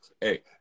Hey